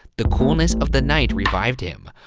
the coolness of the night revived him.